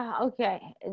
okay